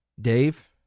Dave